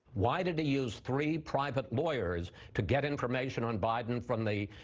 why did he use three private lawyers to get information on biden from the